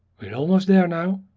we are almost there now.